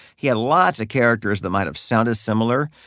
he had lots of characters that might've sounded similar.